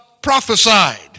prophesied